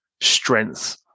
strength